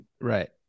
Right